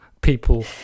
people